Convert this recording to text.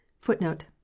footnote